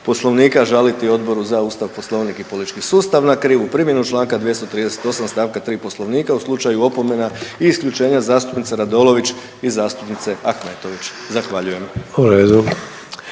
Poslovnika žaliti Odboru za Ustav, Poslovnik i politički sustav na krivu primjenu Članka 238. stavka 3. Poslovnika u slučaju opomena i isključenja zastupnice Radolović i zastupnice Ahmetović. Zahvaljujem.